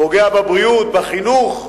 פוגע בבריאות, בחינוך,